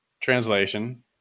translation